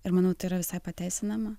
ir manau tai yra visai pateisinama